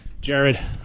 jared